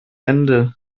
ende